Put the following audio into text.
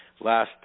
last